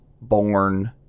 born